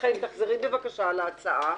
חן, תחזרי בבקשה על ההצעה.